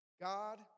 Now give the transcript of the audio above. God